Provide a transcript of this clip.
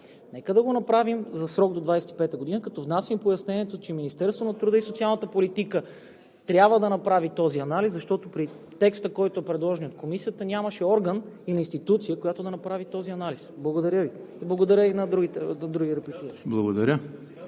Нека да го направим за срок до 2025 г., като внасям пояснението, че Министерството на труда и социалната политика трябва да направи този анализ, защото при текста, който е предложен от Комисията, нямаше орган или институция, която да направи този анализ. Благодаря Ви. ПРЕДСЕДАТЕЛ ЕМИЛ ХРИСТОВ: